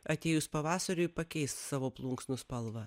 atėjus pavasariui pakeis savo plunksnų spalvą